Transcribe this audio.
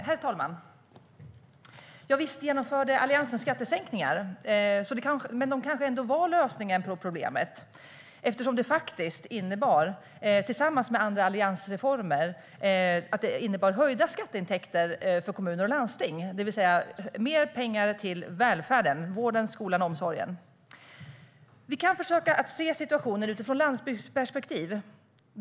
Herr talman! Ja, visst genomförde Alliansen skattesänkningar, och de kanske trots allt var lösningen på problemet eftersom det tillsammans med andra alliansreformer innebar ökade skatteintäkter för kommuner och landsting, det vill säga mer pengar till välfärden - vården, skolan och omsorgen. Vi kan försöka se situationen utifrån ett landsbygdsperspektiv.